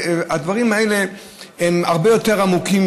הדברים האלה הרבה יותר עמוקים,